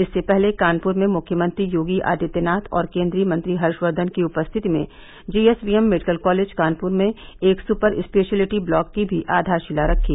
इससे पहले कानप्र में मुख्यमंत्री योगी आदित्यनाथ और केन्द्रीय मंत्री हर्षवर्द्वन की उपस्थिति में जीएसवीएम मेडिकल कॉलेज कानपुर में एक सुपर स्पेशयलिटी ब्लाक की भी आधारशिला रखी